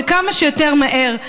וכמה שיותר מהר.